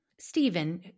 Stephen